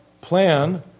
plan